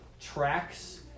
tracks